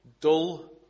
Dull